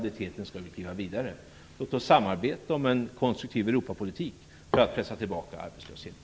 Låt oss samarbeta kring en konstruktiv Europapolitik för att pressa tillbaka arbetslösheten.